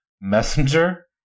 Messenger